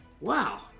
Wow